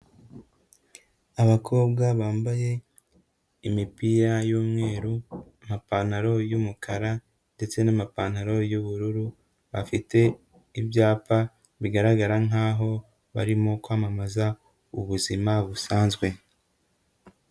Abakobwa bambaye imipira y'umweru, amapantaro y'umukara ndetse n'amapantaro y'ubururu, bafite ibyapa bigaragara nkaho barimo kwamamaza ubuzima busanzwe.